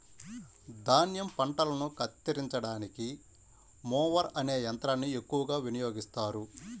ధాన్యం పంటలను కత్తిరించడానికి మొవర్ అనే యంత్రాన్ని ఎక్కువగా వినియోగిస్తారు